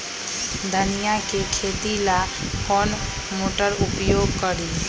धनिया के खेती ला कौन मोटर उपयोग करी?